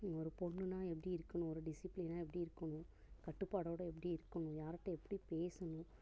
ஒரு பொண்ணுனால் எப்படி இருக்கணும் ஒரு டிசிப்ளினாக எப்படி இருக்கணும் கட்டுப்பாடோடு எப்படி இருக்கணும் யார்கிட்ட எப்படி பேசணும்